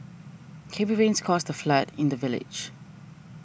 heavy rains caused a flood in the village